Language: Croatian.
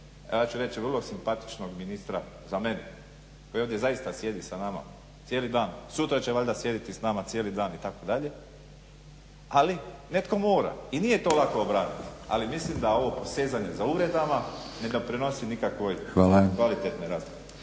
ja ću reći vrlo simpatičnog ministra, za mene, koji ovdje zaista sjedi sa nama cijeli dan i sutra će valjda sjediti s nama cijeli dan itd., ali netko mora i nije to lako obraniti, ali mislim da ovo posezanje za uvredama ne doprinosi nikakvoj kvalitetnoj